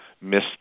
miss